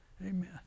Amen